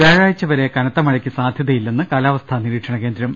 വ്യാഴാഴ്ച വരെ കനത്ത ്രമഴയ്ക്ക് സാധ്യതയില്ലെന്ന് കാലാവസ്ഥാ നിരീക്ഷണ കേന്ദ്രം